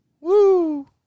woo